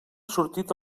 sortit